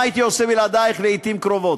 מה הייתי עושה בלעדייך לעתים קרובות?